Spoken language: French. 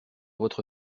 votre